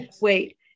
wait